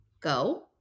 go